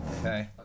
Okay